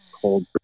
cold